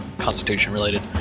Constitution-related